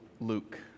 Luke